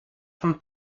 von